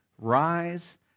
rise